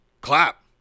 clap